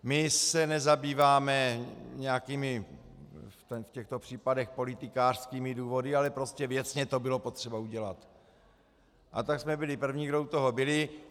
My se nezabýváme nějakými v těchto případech politikářskými důvody, ale prostě věcně to bylo potřeba udělat, a tak jsme byli první, kdo u toho byli.